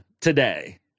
today